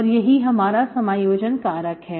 और यही हमारा समायोजन कारक है